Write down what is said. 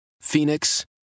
Phoenix